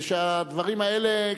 ושהדברים האלה,